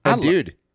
dude